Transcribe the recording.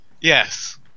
Yes